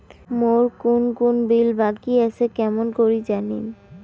মোর কুন কুন বিল বাকি আসে কেমন করি জানিম?